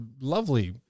lovely